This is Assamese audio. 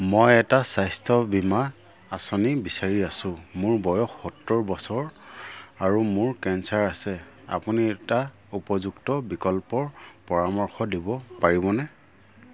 মই এটা স্বাস্থ্য বীমা আঁচনি বিচাৰি আছোঁ মোৰ বয়স সত্তৰ বছৰ আৰু মোৰ কেন্সাৰ আছে আপুনি এটা উপযুক্ত বিকল্পৰ পৰামৰ্শ দিব পাৰিবনে